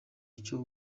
icyo